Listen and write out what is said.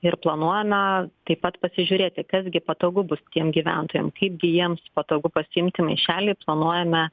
ir planuojame taip pat pasižiūrėti kas gi patogu bus tiem gyventojam kaip gi jiems patogu pasiimti maišelį planuojame